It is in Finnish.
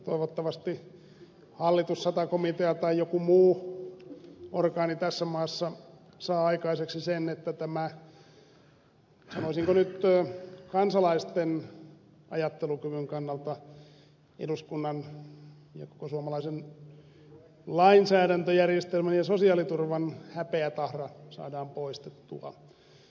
toivottavasti hallitus sata komitea tai joku muu orgaani tässä maassa saa aikaiseksi sen että tämä sanoisinko nyt kansalaisten ajattelukyvyn kannalta eduskunnan ja koko suomalaisen lainsäädäntöjärjestelmän ja sosiaaliturvan häpeätahra saadaan poistettua